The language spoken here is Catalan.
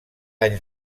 anys